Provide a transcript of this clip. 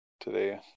today